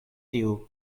tiu